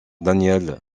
daniel